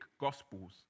Gospels